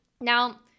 now